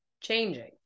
changing